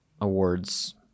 awards